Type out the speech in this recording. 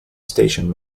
station